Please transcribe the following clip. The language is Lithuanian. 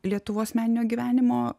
lietuvos meninio gyvenimo